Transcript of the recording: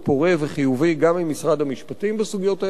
וחיובי גם עם משרד המשפטים בסוגיות האלה,